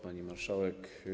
Pani Marszałek!